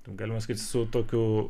galima sakyti su tokiu